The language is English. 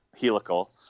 helical